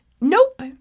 Nope